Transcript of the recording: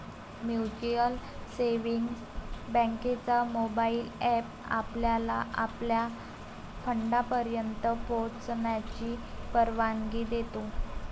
mutual savings बँकेचा mobile app आपल्याला आपल्या फंडापर्यंत पोहोचण्याची परवानगी देतो